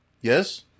Yes